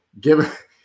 Give